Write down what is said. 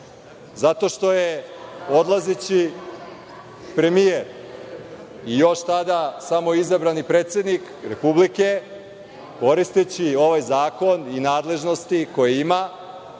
Zato što je odlazeći premijer i još tada samo izabrani predsednik Republike, koristeći ovaj zakon i nadležnosti koje ima,